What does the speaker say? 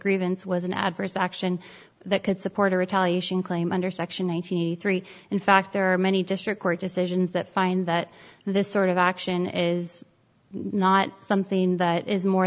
grievance was an adverse action that could support a retaliation claim under section one hundred three in fact there are many district court decisions that find that this sort of action is not something that is more